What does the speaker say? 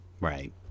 Right